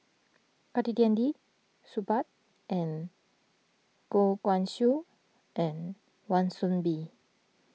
Saktiandi Supaat and Goh Guan Siew and Wan Soon Bee